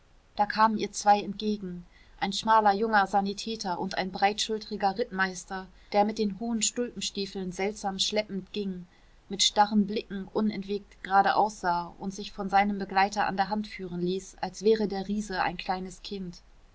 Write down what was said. da kamen ihr zwei entgegen ein schmaler junger sanitäter und ein breitschultriger rittmeister der mit den hohen stulpenstiefeln seltsam schleppend ging mit starren blicken unentwegt geradeaus sah und sich von seinem begleiter an der hand führen ließ als wäre der riese ein kleines kind